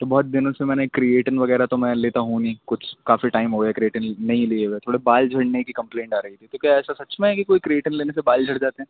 تو بہت دنوں سے میں نے کریٹن وغیرہ تو میں ل لیتا ہوں نہیں کچھ کافی ٹائم ہویا کریٹن نہیں لیے ہوا تھوڑے بال جھڑنے کی کمپلینٹ آ رہی تھی تو کیا ایسا سچ میں ہے کہ کوئی کریٹن لینے سے بال جھڑ جاتے ہیں